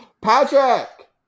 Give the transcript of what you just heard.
Patrick